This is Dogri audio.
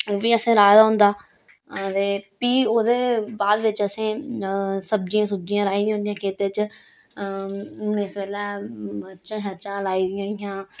ओह् बी असें राहे दा होंदा ते फ्ही ओह्दे बाद बिच्च असें सब्ज़ियां सुब्ज़ियां राही दियां होंदियां खेतर च हून इस बेल्लै मरचां शरचां लाई दियां